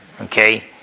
Okay